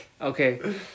Okay